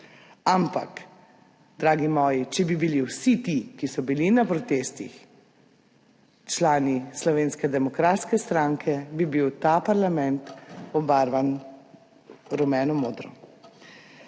Ampak dragi moji, če bi bili vsi ti, ki so bili na protestih, člani Slovenske demokratske stranke, bi bil ta parlament obarvan rumeno-modro.